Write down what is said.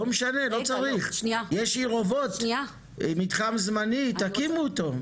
לא צריך, יש עיר אובות, מתחם זמני, תקימו אותו.